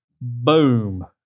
Boom